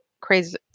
crazy